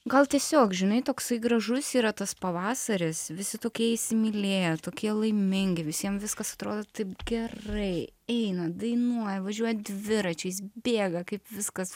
gal tiesiog žinai toksai gražus yra tas pavasaris visi tokie įsimylėję tokie laimingi visiem viskas atrodo taip gerai eina dainuoja važiuoja dviračiais bėga kaip viskas